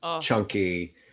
chunky